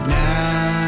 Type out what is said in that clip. now